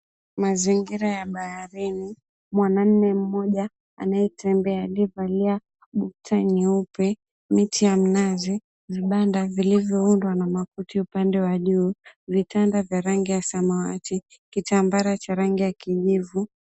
Mazingira ya baharini. Mwanamme mmoja anayetembea aliyevalia gupta nyeupe, miti ya mnazi, vibanda vilivyoundwa na makuti upande wa juu, vitanda vya rangi ya samawati, kitambara cha rangi ya kijivu